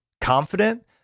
confident